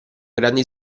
grandi